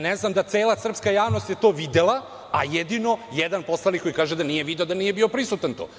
Ne znam da je to cela srpska javnost to videla, a jedino jedan poslanik koji kaže da nije video, da nije bio prisutan tu.